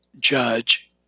judge